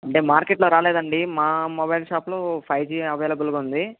అంటే మార్కెట్లో రాలేదండి మా మొబైల్ షాపులో ఫైవ్ జి అవైలబుల్గా ఉంది